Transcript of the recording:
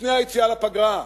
לפני היציאה לפגרה,